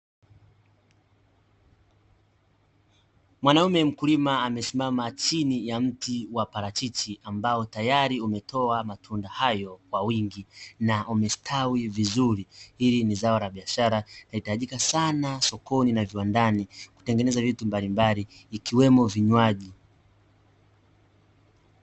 Mwanaume mkulima amesimama chini ya mti wa parachichi; ambao tayari umetoa matunda hayo kwa wingi na umestawi vizuri. Hili ni zao la biashara linahitajika sana sokoni na viwandani, kutengeneza vitu mbalimbali ikiwemo vinywaji.